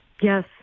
Yes